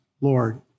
Lord